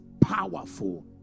powerful